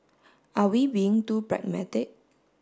are we being too pragmatic